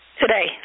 Today